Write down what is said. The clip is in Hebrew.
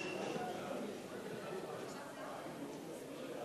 של חברת הכנסת זהבה